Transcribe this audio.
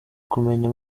kumenya